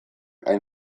hain